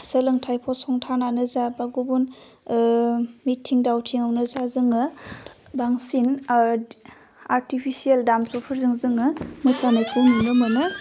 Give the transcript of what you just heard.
सोलोंथाइ फसंथानानो जा बाह गुबुन ओह मिटिं दाउथिङावनो जाह जोङो बांसिन आर्टिपिसियेल दामजुफोरजों जोङो मोसानायखौ नुनो मोनो